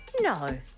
No